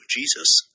Jesus